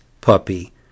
puppy